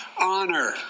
honor